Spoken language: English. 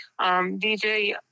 DJ